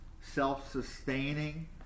self-sustaining